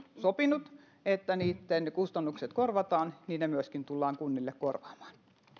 sopinut että niitten kustannukset korvataan niin ne myöskin tullaan kunnille korvaamaan